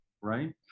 right